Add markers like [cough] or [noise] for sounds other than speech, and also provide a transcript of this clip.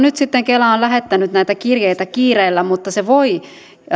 [unintelligible] nyt sitten kela on lähettänyt näitä kirjeitä kiireellä mutta se voi